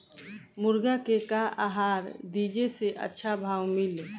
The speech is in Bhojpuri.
मुर्गा के का आहार दी जे से अच्छा भाव मिले?